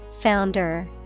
Founder